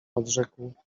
odrzekł